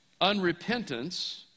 unrepentance